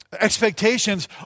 expectations